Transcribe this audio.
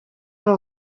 ari